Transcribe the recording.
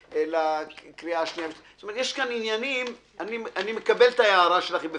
כלומר יש כאן עניינים אני מקבל את ההערה של חנה וינשטוק טירי,